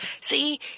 See